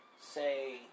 say